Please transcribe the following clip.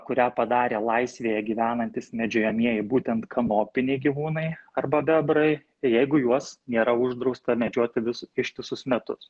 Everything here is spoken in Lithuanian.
kurią padarė laisvėje gyvenantys medžiojamieji būtent kanopiniai gyvūnai arba bebrai jeigu juos nėra uždrausta medžioti vis ištisus metus